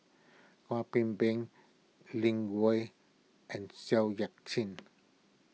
Kwek Beng Lin and Seow Yit Kin